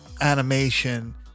animation